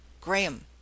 Graham